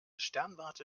sternwarte